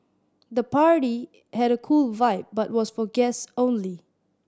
the party had a cool vibe but was for guests only